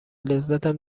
لذتم